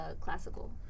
classical